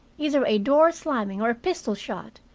either a door slamming or a pistol-shot,